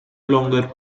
longer